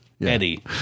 eddie